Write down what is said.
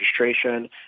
registration